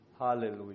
Hallelujah